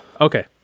Okay